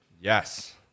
Yes